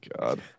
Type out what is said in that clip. god